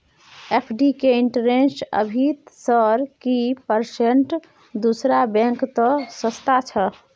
FD के interest अभी sir की परसेंट दूसरा बैंक त सस्ता छः?